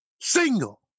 single